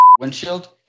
windshield